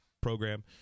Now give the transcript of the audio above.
program